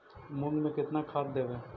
मुंग में केतना खाद देवे?